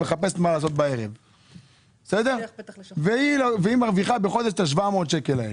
מחפשת מה לעשות בערב והיא מרוויחה בחודש את ה-700 שקל האלה.